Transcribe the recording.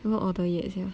haven't order yet sia